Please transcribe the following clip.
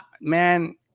man